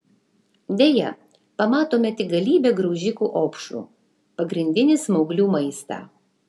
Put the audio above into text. deja pamatome tik galybę graužikų opšrų pagrindinį smauglių maistą